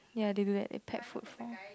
ya they do that they pack food for